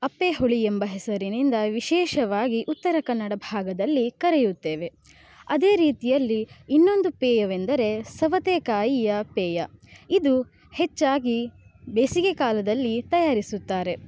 ಅಪ್ಪೆ ಹುಳಿ ಎಂಬ ಹೆಸರಿನಿಂದ ವಿಶೇಷವಾಗಿ ಉತ್ತರ ಕನ್ನಡ ಭಾಗದಲ್ಲಿ ಕರೆಯುತ್ತೇವೆ ಅದೇ ರೀತಿಯಲ್ಲಿ ಇನ್ನೊಂದು ಪೇಯವೆಂದರೆ ಸವತೇಕಾಯಿಯ ಪೇಯ ಇದು ಹೆಚ್ಚಾಗಿ ಬೇಸಿಗೆ ಕಾಲದಲ್ಲಿ ತಯಾರಿಸುತ್ತಾರೆ